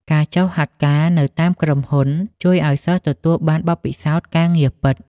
ការចុះហាត់ការនៅតាមក្រុមហ៊ុនជួយឱ្យសិស្សទទួលបានបទពិសោធន៍ការងារពិត។